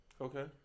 Okay